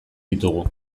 ditugu